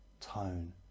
tone